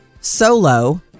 Solo